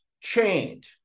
chained